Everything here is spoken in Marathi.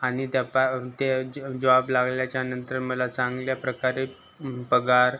आणि त्या पा ते ज जॉब लागल्याच्यानंतर मला चांगल्या प्रकारे पगार